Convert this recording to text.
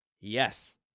Yes